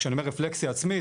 כשאני אומר רפלקציה עצמית,